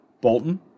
Bolton